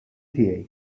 tiegħi